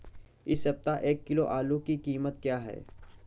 इस सप्ताह एक किलो आलू की कीमत क्या है?